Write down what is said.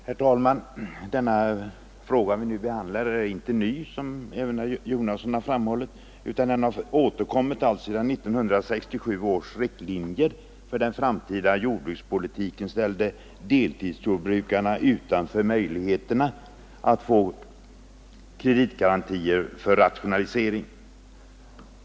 Herr talman! Den fråga som vi nu behandlar är inte ny, vilket även herr Jonasson har framhållit. Den har återkommit allt sedan 1967 års riktlinjer för den framtida jordbrukspolitiken ställde deltidsjordbrukarna utanför möjligheterna att få kreditgarantier för rationalisering.